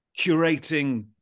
curating